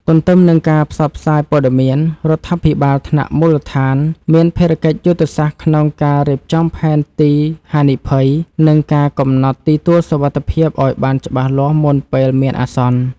ទន្ទឹមនឹងការផ្សព្វផ្សាយព័ត៌មាន រដ្ឋាភិបាលថ្នាក់មូលដ្ឋានមានភារកិច្ចយុទ្ធសាស្ត្រក្នុងការរៀបចំផែនទីហានិភ័យ និងការកំណត់ទីទួលសុវត្ថិភាពឱ្យបានច្បាស់លាស់មុនពេលមានអាសន្ន។